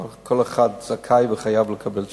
כל אחד זכאי וחייב לקבל תשובה.